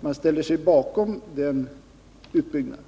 den ställer sig bakom en sådan utbyggnad.